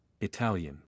Italian